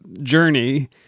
journey